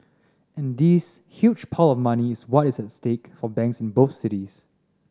and this huge pile of money is what is at stake for banks in both cities